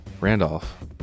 Randolph